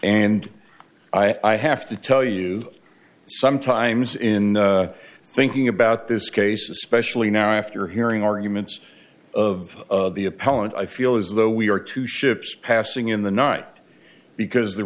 and i have to tell you sometimes in thinking about this case especially now after hearing arguments of the appellant i feel as though we are two ships passing in the night because the